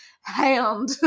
hand